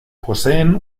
poseen